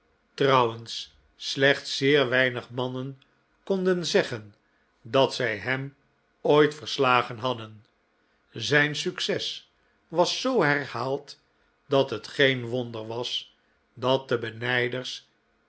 trouwens slechts zeer weinig mannen konden zeggen dat zij hem ooit verslagen hadden zijn succes was zoo herhaald dat het geen wonder was dat de benijders